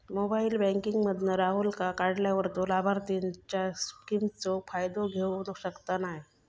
mobile banking मधना राहूलका काढल्यार तो लाभार्थींच्या स्किमचो फायदो घेऊ शकना नाय